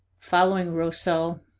following rousseau,